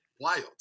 wild